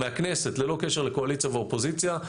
מהכנסת ללא קשר לקואליציה ואופוזיציה.